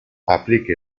aplique